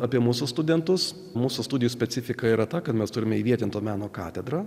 apie mūsų studentus mūsų studijų specifika yra ta kad mes turime įvietinto meno katedra